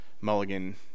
mulligan